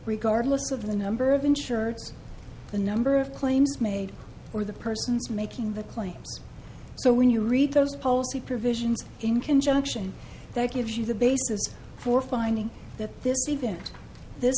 regardless of the number of insured the number of claims made or the persons making the claims so when you read those policy provisions in conjunction thank you the basis for finding that this event this